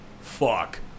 fuck